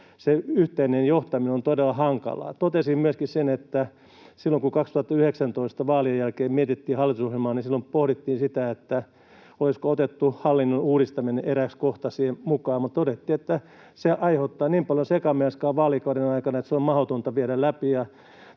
se yhteinen johtaminen on todella hankalaa. Totesin myöskin sen, että silloin kun 2019 vaalien jälkeen mietittiin hallitusohjelmaa, pohdittiin, olisiko otettu hallinnon uudistaminen erääksi kohdaksi siihen mukaan, mutta todettiin, että se aiheuttaa niin paljon sekamelskaa vaalikauden aikana, että se on mahdotonta viedä läpi,